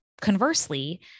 conversely